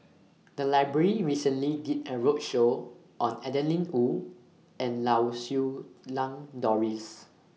The Library recently did A roadshow on Adeline Ooi and Lau Siew Lang Doris